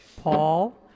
Paul